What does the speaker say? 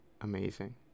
amazing